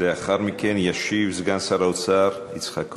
לאחר מכן ישיב סגן שר האוצר יצחק כהן.